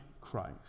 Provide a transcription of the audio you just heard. Christ